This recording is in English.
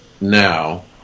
now